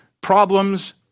problems